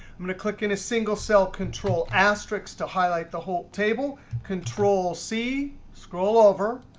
i'm going to click in a single cell control asterisk to highlight the whole table, control c, scroll over.